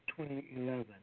2011